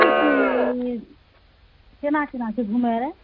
की की केना केना छै घुमए लए